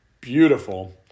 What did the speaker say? Beautiful